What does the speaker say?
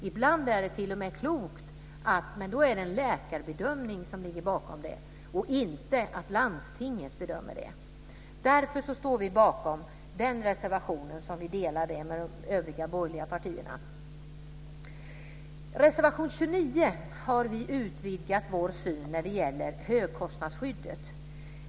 Ibland är det t.o.m. klokt, men då ligger en läkarbedömning bakom - inte landstingets bedömning. Därför står vi bakom den reservationen tillsammans med övriga borgerliga partier. I reservation 29 har vi utvidgat vår syn på högkostnadsskyddet.